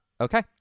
okay